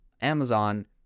Amazon